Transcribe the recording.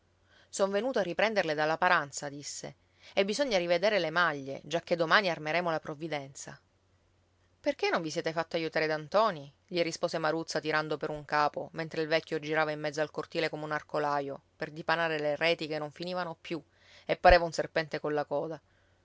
son venuto a riprenderle dalla paranza disse e bisogna rivedere le maglie giacché domani armeremo la provvidenza perché non vi siete fatto aiutare da ntoni gli rispose maruzza tirando per un capo mentre il vecchio girava in mezzo al cortile come un arcolaio per dipanare le reti che non finivano più e pareva un serpente colla coda